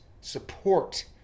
support